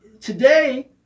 today